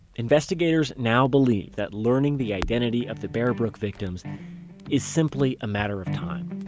investigators now believe that learning the identity of the bear brook victims is simply a matter of time